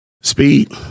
Speed